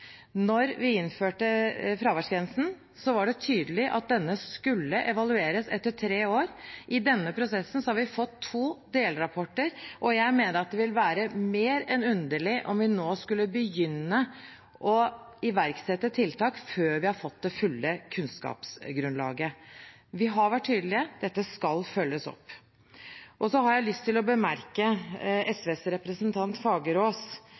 vi innførte fraværsgrensen, var det tydelig at denne skulle evalueres etter tre år. I denne prosessen har vi fått to delrapporter, og jeg mener det vil være mer enn underlig om vi nå skulle begynne å iverksette tiltak før vi har fått det fulle kunnskapsgrunnlaget. Vi har vært tydelige; dette skal følges opp. Så har jeg lyst til å bemerke at SVs representant Mona Fagerås